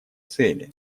цели